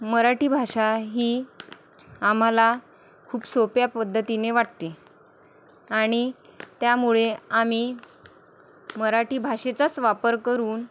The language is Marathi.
मराठी भाषा ही आम्हाला खूप सोप्या पद्धतीने वाटते आणि त्यामुळे आम्ही मराठी भाषेचाच वापर करून